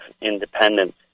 independence